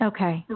Okay